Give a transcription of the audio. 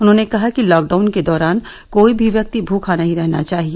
उन्होंने कहा कि लॉकडाउन के दौरान कोई भी व्यक्ति भूखा नहीं रहना चाहिए